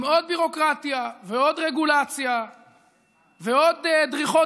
עם עוד ביורוקרטיה ועוד רגולציה ועוד דריכות